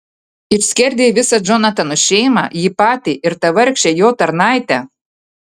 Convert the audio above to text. išskerdei visą džonatano šeimą jį patį ir tą vargšę jo tarnaitę